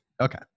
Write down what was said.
Okay